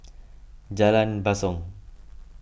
Jalan Basong